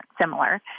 similar